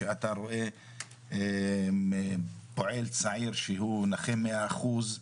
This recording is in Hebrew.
כשאתה רואה פועל צעיר שהוא נכה מאה אחוז,